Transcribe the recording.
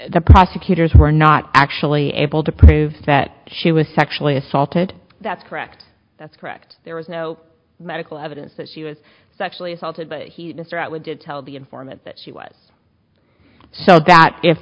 the prosecutors were not actually able to prove that she was sexually assaulted that's correct that's correct there was no medical evidence that she was sexually assaulted but he to start with did tell the informant that she was so that if